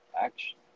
action